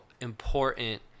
important